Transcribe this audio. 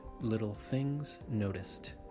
LittleThingsNoticed